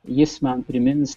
jis man primins